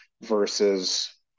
versus